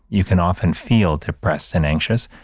you can often feel depressed and anxious,